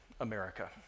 America